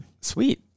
Sweet